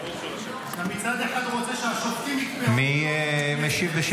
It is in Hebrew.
אתה מצד אחד רוצה שהשופטים יקבעו ולא חברי הכנסת,